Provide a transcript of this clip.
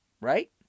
right